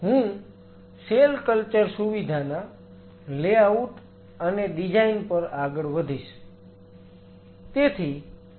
હું cell culture સુવિધાના layout અને ડિઝાઈન પર આગળ વધીશ